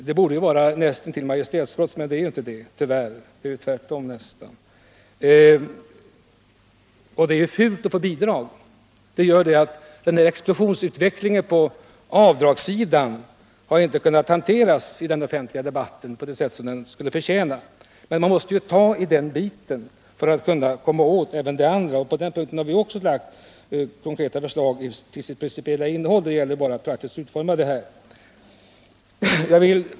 Det borde vara näst intill majestätsbrott, men det är det tyvärr inte, utan tvärtom. Däremot är det fult att få bidrag. Detta gör att explosionsutvecklingen på avdragssidan inte har kunnat hanteras i den offentliga debatten på det sätt som den förtjänar. Men man måste ta i den biten för att kunna komma åt det andra. På den punkten har vi lagt fram principiella förslag, som det sedan gäller att praktiskt utforma.